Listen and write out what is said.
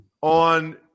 on